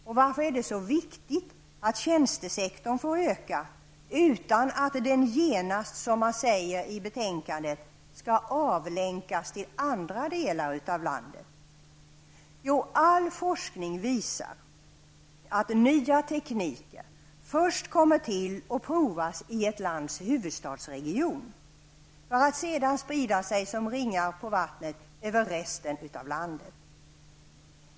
Och varför är det så viktigt att tjänstesektorn får öka, utan att den genast, som man säger i betänkandet, skall avlänkas till andra delar av landet? Jo, all forskning visar att nya tekniker först kommer till och provas i ett lands huvudstadsregion, för att sedan sprida sig som ringar på vattnet över landet i övrigt.